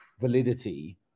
validity